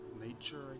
nature